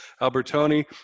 Albertoni